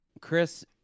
Chris